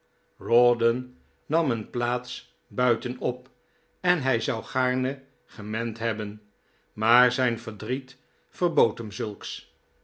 rawdon nam een plaats buitenop en hij zou gaarne gemend hebben maar zijn verdriet verbood hem zulks